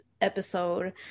episode